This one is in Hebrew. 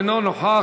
אינו נוכח,